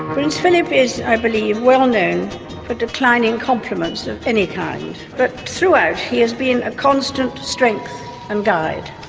prince philip is, i believe, well known for declining compliments of any kind. but throughout he has been a constant strength and guide.